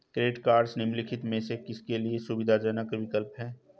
Credit cards निम्नलिखित में से किसके लिए सुविधाजनक विकल्प हैं?